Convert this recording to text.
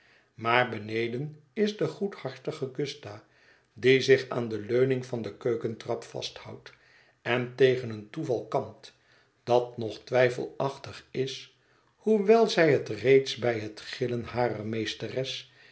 maar beneden is de goedhartige gusta die zich aan de leuning van de keukentrap vasthoudt en tegen een toeval kampt dat nog twijfelachtig is hoewel zij het reeds bij het gillen harer meesteres